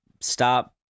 Stop